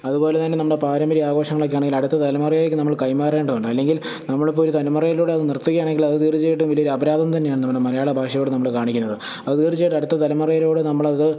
അതുപോലെ തന്നെ നമ്മുടെ പാരമ്പര്യ ആഘോഷങ്ങളൊക്കെ ആണെങ്കിൽ അടുത്ത തലമുറയിലേക്ക് നമ്മൾ കൈമാറേണ്ടതുണ്ട് അല്ലെങ്കിൽ നമ്മൾ ഇപ്പോൾ ഒരു തലമുറയിലൂടെ അത് നിർത്തുകയാണെങ്കിൽ അത് തീർച്ചയായിട്ടും വലിയൊരു അപരാധം തന്നെയാണ് നമ്മുടെ മലയാള ഭാഷയോട് നമ്മൾ കാണിക്കുന്നത് അത് തീർച്ചയായിട്ടും അടുത്ത തലമുറയുടെ നമ്മൾ അത്